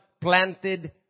Planted